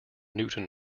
newton